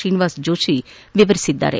ಶ್ರೀನಿವಾಸ್ ಜೋಷಿ ವಿವರಿಸಿದ್ದಾರೆ